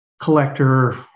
collector